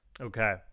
Okay